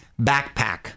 backpack